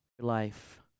life